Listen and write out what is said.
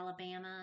Alabama